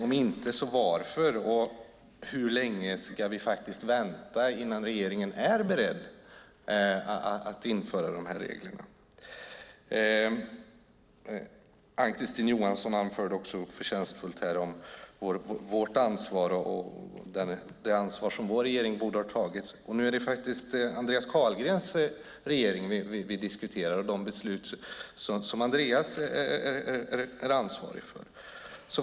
Om inte, varför? Hur länge ska vi vänta innan regeringen är beredd att införa reglerna? Ann-Kristine Johansson anförde förtjänstfullt det ansvar som vår regering borde ha tagit. Nu är det Andreas Carlgrens regering vi diskuterar och de beslut som Andreas är ansvarig för.